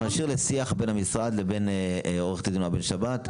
אנחנו נשאיר לשיח בין המשרד לבין עו"ד נעה בן שבת.